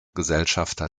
gesellschafter